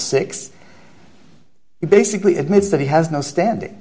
six basically admits that he has no standing